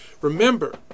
Remember